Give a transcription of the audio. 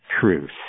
truth